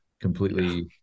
completely